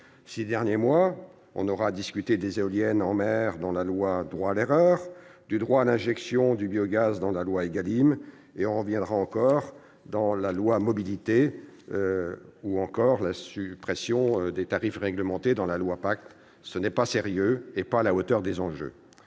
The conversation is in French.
ces derniers mois, on aura discuté des éoliennes en mer dans la loi « droit à l'erreur », du droit à l'injection du biogaz dans la loi ÉGALIM- on y reviendra encore dans la loi Mobilités -, ou encore de la suppression des tarifs réglementés dans la loi PACTE. Ce n'est ni sérieux ni à la hauteur des enjeux